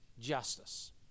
justice